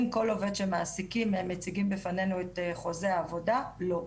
האם כל עובד שמעסיקים מציגים בפנינו את חוזה העבודה לא.